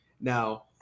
now